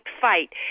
fight